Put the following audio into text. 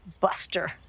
Buster